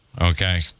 Okay